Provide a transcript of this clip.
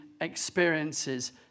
experiences